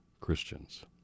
Christians